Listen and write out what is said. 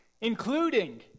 including